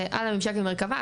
זה על הממשק עם המרכבה,